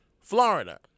Florida